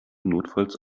notfalls